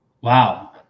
Wow